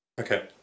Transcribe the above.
Okay